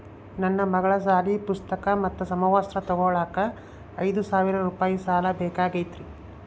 ನನ್ನ ಮಗಳ ಸಾಲಿ ಪುಸ್ತಕ್ ಮತ್ತ ಸಮವಸ್ತ್ರ ತೊಗೋಳಾಕ್ ಐದು ಸಾವಿರ ರೂಪಾಯಿ ಸಾಲ ಬೇಕಾಗೈತ್ರಿ